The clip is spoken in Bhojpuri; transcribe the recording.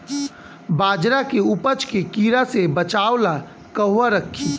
बाजरा के उपज के कीड़ा से बचाव ला कहवा रखीं?